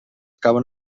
caben